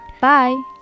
Bye